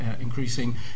increasing